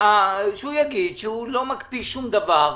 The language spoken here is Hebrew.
שהוא יגיד שהוא לא מקפיא שום דבר,